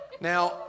now